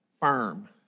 firm